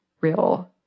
real